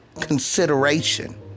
consideration